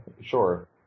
Sure